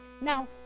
Now